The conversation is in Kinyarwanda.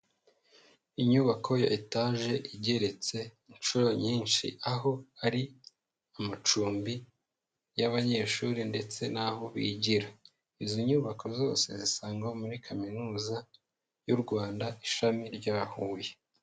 Inyubako ya etaje igeretse inshuro nyinshi aho hari amacumbi y'abanyeshuri ndetse n'aho bigira, izi nyubako zose zisangwa muri Kaminuza y'u Rwanda ishami rya Huye.